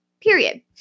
Period